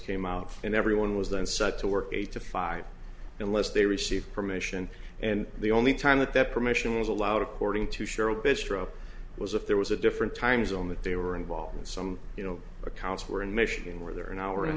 came out and everyone was then such to work eight to five unless they received permission and the only time that that permission was allowed according to cheryl bistro was if there was a different time zone that they were involved in some you know accounts were in michigan where there were an hour